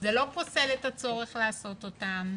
זה לא פוסל את הצורך לעשות אותן.